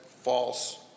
false